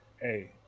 hey